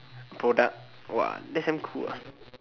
product !wah! that's damn cool ah